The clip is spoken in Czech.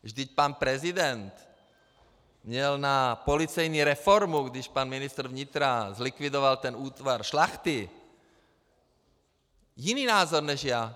Vždyť pan prezident měl na policejní reformu, když pan ministr vnitra zlikvidoval ten útvar Šlachty, jiný názor než já.